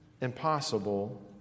impossible